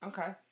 Okay